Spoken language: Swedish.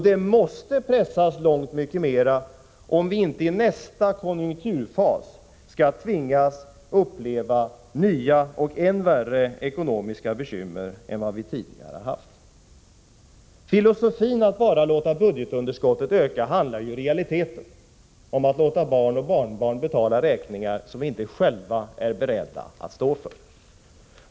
Det måste kunna pressas mer om vi inte i nästa konjunkturfas skall tvingas att uppleva nya och än värre ekonomiska bekymmer än vad vi tidigare haft. Filosofin att bara låta budgetunderskottet öka handlar ju i realiteten om att låta barn och barnbarn betala räkningar som vi själva inte är beredda att stå för.